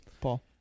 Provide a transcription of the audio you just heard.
Paul